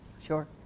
Sure